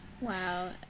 Wow